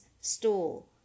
stool